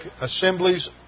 assemblies